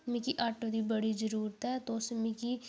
मिगी आटो दी बड़ी जरूरत ऐ तुस मिगी